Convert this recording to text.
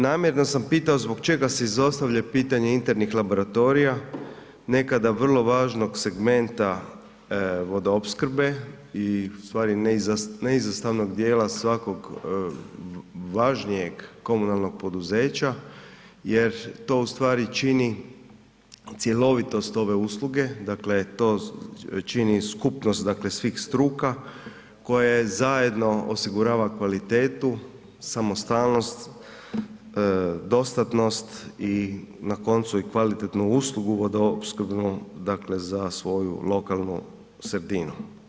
Namjerno sam pitao zbog čega se izostavlja pitanje internih laboratorija, nekada vrlo važnog segmenta vodoopskrbe i ustvari neizostavnog dijela svakog važnijeg komunalnog poduzeća jer to ustvari čini cjelovitost ove usluge, dakle to čini skupnost dakle svih struka koja zajedno osigurava kvalitetu, samostalnost, dostatnost i na koncu i kvalitetnu uslugu vodoopskrbnu dakle za svoju lokalnu sredinu.